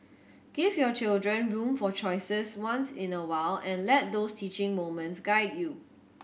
give your children room for choices once in a while and let those teaching moments guide you